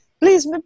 Please